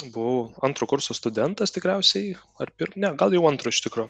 buvau antro kurso studentas tikriausiai ar ne gal jau antro iš tikro